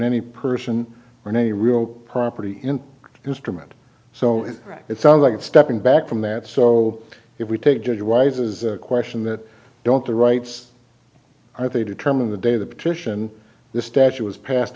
any person or any real property in instrument so it sounds like stepping back from that so if we take judge wise as question that don't the rights are they determined the day the petition the statute was passed